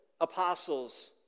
apostles